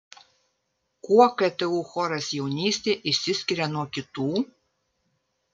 kuo ktu choras jaunystė išsiskiria nuo kitų